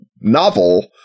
novel